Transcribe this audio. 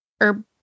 herb